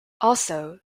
also